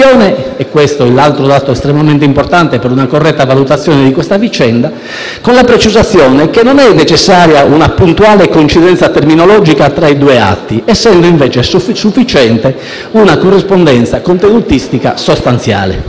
precisazione - altro dato estremamente importante per una corretta valutazione della vicenda - che non è necessaria una puntuale coincidenza terminologica tra i due atti, essendo invece sufficiente una corrispondenza contenutistica sostanziale.